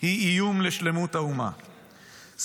היא איום לשלמות האומה,